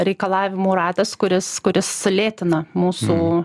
reikalavimų ratas kuris kuris sulėtina mūsų